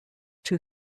two